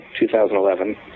2011